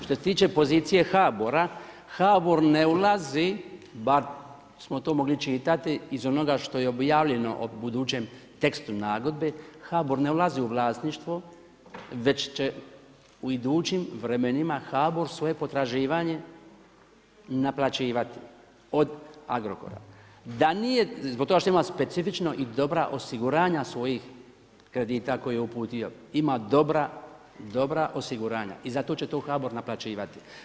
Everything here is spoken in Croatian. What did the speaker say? Što se tiče pozicije HABOR-a, HABOR ne ulazi, bar smo to mogli čitati iz onoga što je objavljeno o budućem tekstu nagodbe, HABOR ne ulazi u vlasništvo, već će u idućim vremenima HABOR svoje potraživanje naplaćivati od Agrokora zbog toga što ima specifično i dobra osiguranja svojih kredita koje je uputio, ima dobra osiguranja i zato će to HABOR naplaćivati.